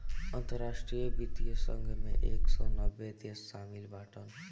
अंतरराष्ट्रीय वित्तीय संघ मे एक सौ नब्बे देस शामिल बाटन